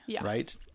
right